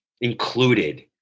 included